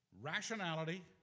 rationality